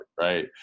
Right